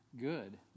good